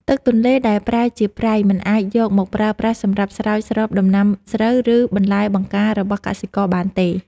ទឹកទន្លេដែលប្រែជាប្រៃមិនអាចយកមកប្រើប្រាស់សម្រាប់ស្រោចស្រពដំណាំស្រូវ ឬ បន្លែបង្ការរបស់កសិករបានទេ។